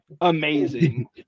amazing